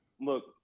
look